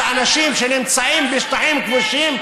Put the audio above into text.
על אנשים שנמצאים בשטחים כבושים,